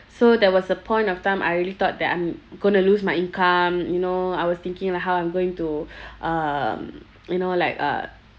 so there was a point of time I really thought that I'm going to lose my income you know I was thinking like how I'm going to um you know like uh